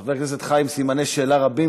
חבר כנסת חי עם סימני שאלה רבים,